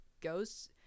goes